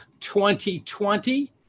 2020